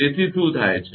તેથી શું થાય છે